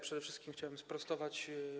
Przede wszystkim chciałbym sprostować.